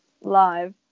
live